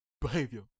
behavior